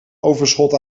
overschot